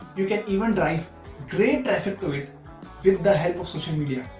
you can even drive great traffic to it with the help of social media.